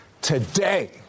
today